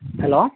hello